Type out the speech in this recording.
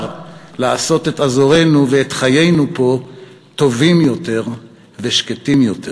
לעשות את אזורנו ואת חיינו פה טובים יותר ושקטים יותר.